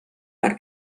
per